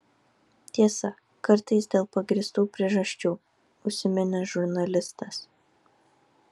tiesa kartais dėl pagrįstų priežasčių užsiminė žurnalistas